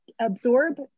absorb